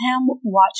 Watch